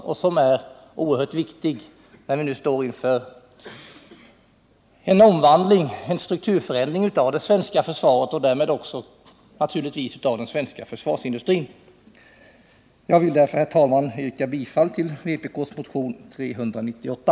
Denna utveckling är oerhört viktig, när vi nu står inför en strukturförändring av det svenska försvaret och därmed naturligtvis också av den svenska försvarsindustrin. Jag vill därför, herr talman, yrka bifall till vpk:s motion nr 398.